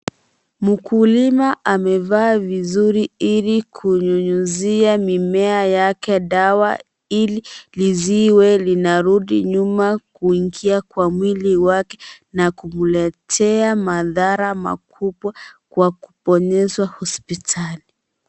Mkulima amevaa vizuri ili kunyunyizia mimea yake dawa ili liziwe linarudi nyuma kuingia kwa mwili wake na kumletea mathara makubwa kwa kuponyeshwa hospitali.